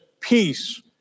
peace